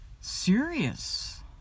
serious